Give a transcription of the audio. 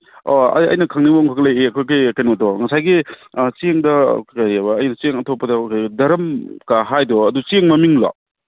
ꯑꯣ ꯑꯩꯅ ꯈꯪꯅꯤꯡꯕ ꯑꯃꯈꯛꯀ ꯂꯩꯖꯩ ꯑꯩꯈꯣꯏꯒꯤ ꯀꯩꯅꯣꯗꯣ ꯉꯁꯥꯏꯒꯤ ꯆꯦꯡꯗ ꯀꯔꯤꯕ ꯑꯩꯕꯨ ꯆꯦꯡ ꯑꯊꯣꯠꯄꯗ ꯗꯔꯝꯒ ꯍꯥꯏꯗꯣ ꯑꯗꯨ ꯆꯦꯡ ꯃꯃꯤꯡꯂꯣ